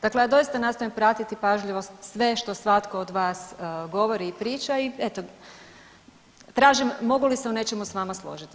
Dakle, ja doista nastojim pratiti pažljivo sve što svatko od vas govori i priča i eto tražim mogu li se u nečemu s vama složiti.